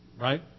right